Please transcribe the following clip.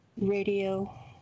radio